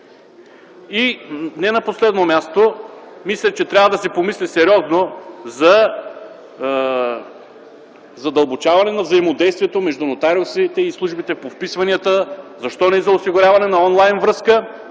Не на последно място, мисля, че сериозно трябва да се помисли за задълбочаване на взаимодействието между нотариусите и службите по вписванията, а защо не и за осигуряване и на он-лайн връзка,